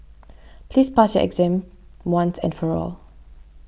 please pass your exam once and for all